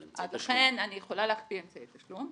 לכן, אני יכולה להקפיא אמצעי תשלום,